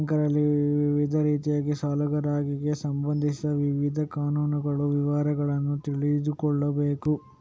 banker ವಿವಿಧ ರೀತಿಯ ಸಾಲಗಾರರಿಗೆ ಸಂಬಂಧಿಸಿದ ವಿವಿಧ ಕಾನೂನುಗಳ ವಿವರಗಳನ್ನು ತಿಳಿದುಕೊಳ್ಳಬೇಕು